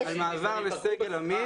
המעבר לסגל עמית